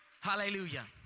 hallelujah